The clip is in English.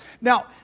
Now